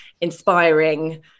inspiring